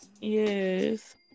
Yes